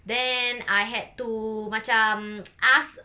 then I had to macam ask